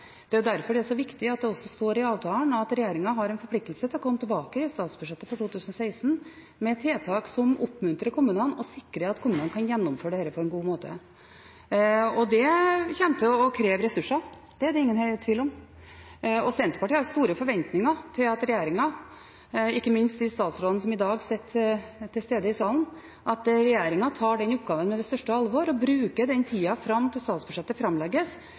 Det er derfor det er så viktig at det også står i avtalen at regjeringen har en forpliktelse til å komme tilbake i statsbudsjettet for 2016 med tiltak som oppmuntrer kommunene, og som sikrer at kommunene kan gjennomføre dette på en god måte. Det kommer til å kreve ressurser, det er det ingen tvil om. Senterpartiet har store forventninger til at regjeringen, ikke minst de statsrådene som i dag er til stede i salen, tar den oppgaven på det største alvor og bruker tida fram til statsbudsjettet framlegges